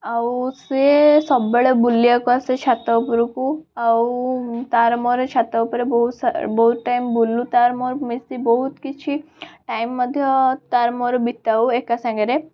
ଆଉ ସେ ସବବେଳେ ବୁଲିବାକୁ ଆସେ ଛାତ ଉପରକୁ ଆଉ ତାର ମୋର ଛାତ ଉପରେ ବହୁତ ଟାଇମ ବୁଲୁ ତାର ମୋର ମିଶି ବହୁତ କିଛି ଟାଇମ ମଧ୍ୟ ତାର ମୋର ବିତାଉ ଏକାସାଙ୍ଗରେ